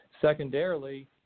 secondarily